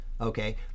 okay